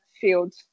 field